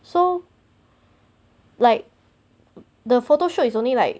so like the photo shoot is only like